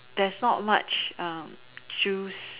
that's not much juice